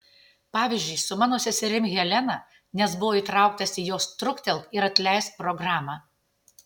pavyzdžiui su mano seserim helena nes buvo įtrauktas į jos truktelk ir atleisk programą